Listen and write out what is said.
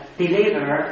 believer